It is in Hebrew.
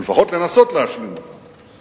או לפחות לנסות להשלים אותן.